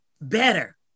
better